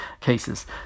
cases